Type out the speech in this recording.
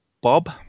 bob